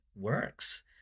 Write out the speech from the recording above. works